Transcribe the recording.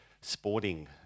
sporting